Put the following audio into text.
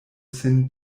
sen